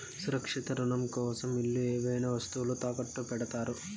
సురక్షిత రుణం కోసం ఇల్లు ఏవైనా వస్తువులు తాకట్టు పెడతారు